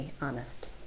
honest